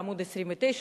בעמוד 29,